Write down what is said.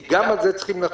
גם על זה צריך לחשוב.